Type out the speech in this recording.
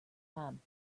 camp